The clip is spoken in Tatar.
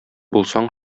булсаң